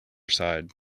side